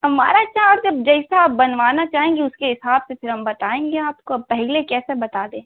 हमारा चार्ज अब जैसा आप बनवाना चाहेंगे उसके हिसाब से फिर हम बताएँगे आपको अब पहले कैसे बता दें